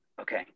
Okay